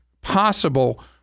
possible